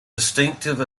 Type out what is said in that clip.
distinctive